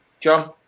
John